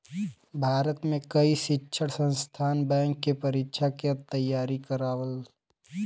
भारत में कई शिक्षण संस्थान बैंक क परीक्षा क तेयारी करावल